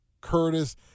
Curtis